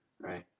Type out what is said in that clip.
right